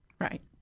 Right